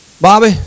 Bobby